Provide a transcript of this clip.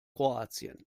kroatien